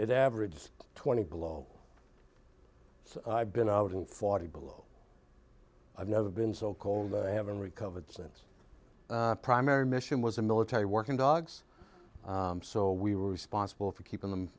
it averaged twenty below so i've been out in forty below i've never been so cold i haven't recovered since primary mission was a military working dogs so we were sponsible for keeping them